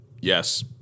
Yes